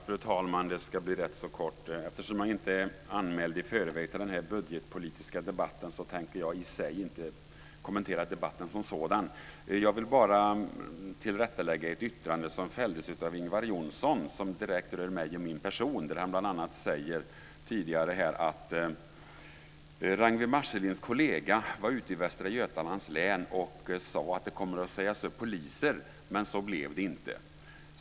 Fru talman! Det här ska bli rätt så kort. Eftersom jag inte är anmäld i förväg till den här budgetpolitiska debatten tänker jag inte kommentera debatten i sig. Jag vill bara tillrättalägga ett yttrande som fälldes av Ingvar Johnsson som direkt rör mig och min person. Han sade: Ragnwi Marcelinds kollega var ute i Västra Götalands län och sade att det kommer att sägas upp poliser, men så blev det inte.